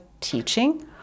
teaching